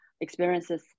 experiences